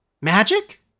Magic